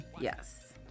Yes